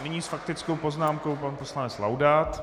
Nyní s faktickou poznámkou pan poslanec Laudát.